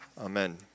Amen